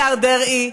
השר דרעי,